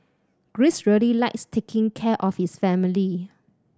Greece really likes taking care of his family